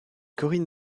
corinne